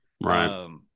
Right